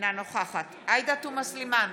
אינה נוכחת עאידה תומא סלימאן,